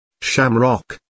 shamrock